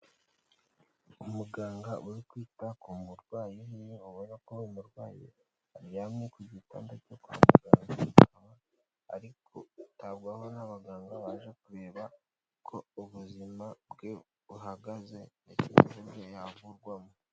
Umuganga uri kwita ku murwayi, iyo ubona ko umurwayi aryamye ku gitanda cyo ku muganga akaba ari kwitabwaho n'abaganga baje kureba uko ubuzima bwe buhagaze n'igihe yavurwamo.